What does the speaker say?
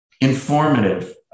informative